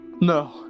No